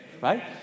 right